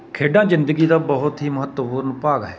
ਖੇਡਾਂ ਜਿੰਦਗੀ ਦਾ ਬਹੁਤ ਹੀ ਮਹੱਤਵਪੂਰਨ ਭਾਗ ਹੈ